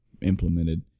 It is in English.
implemented